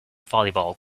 volleyball